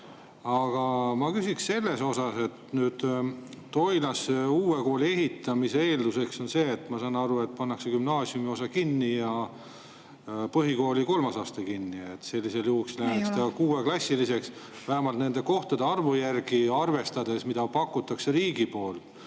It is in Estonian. Aga ma küsin selle kohta, et Toilasse uue kooli ehitamise eelduseks on see, ma saan aru, et pannakse gümnaasiumiosa kinni ja põhikooli kolmas aste ka. Sellisel juhul läheks ta kuueklassiliseks. Vähemalt nende kohtade arvu järgi arvestades, mida pakutakse riigi poolt,